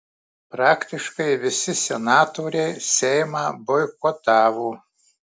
praktiškai visi senatoriai seimą boikotavo